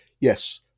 yes